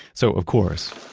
so, of course,